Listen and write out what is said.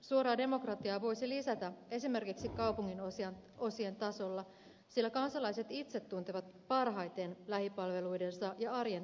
suoraa demokratiaa voisi lisätä esimerkiksi kaupunginosien tasolla sillä kansalaiset itse tuntevat parhaiten lähipalveluidensa ja arjen toimivuuden